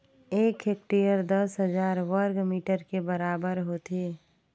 एक हेक्टेयर दस हजार वर्ग मीटर के बराबर होथे